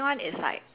so the